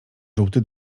żółty